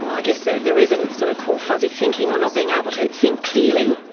i guess the the residents sort of call fuzzy thinking, or not being able to think clearly.